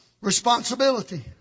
Responsibility